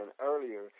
earlier